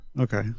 Okay